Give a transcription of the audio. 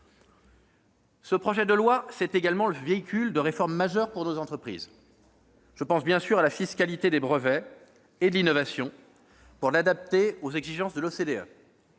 Ce projet de loi de finances est également le véhicule de réformes majeures pour nos entreprises. Je pense bien sûr à la fiscalité des brevets et de l'innovation, pour l'adapter aux exigences de l'OCDE.